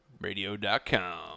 Radio.com